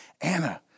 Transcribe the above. Anna